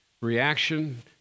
reaction